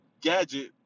gadget